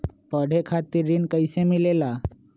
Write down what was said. पढे खातीर ऋण कईसे मिले ला?